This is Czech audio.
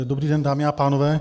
Dobrý den, dámy a pánové.